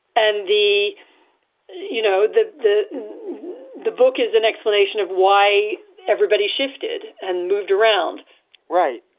and the you know, the the the book is an explanation of why everybody shifted and moved around right.